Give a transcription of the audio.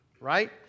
right